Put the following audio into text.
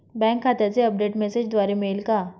Bank खात्याचे update मेसेजद्वारे मिळेल का?